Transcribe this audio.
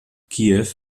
kiew